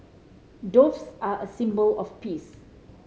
doves are a symbol of peace